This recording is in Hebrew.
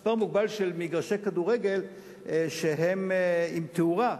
מספר מוגבל של מגרשי כדורגל שהם עם תאורה,